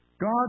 God